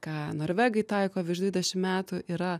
ką norvegai taiko virš dvidešim metų yra